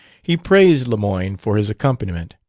he praised lemoyne for his accompaniment.